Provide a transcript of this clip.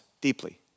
deeply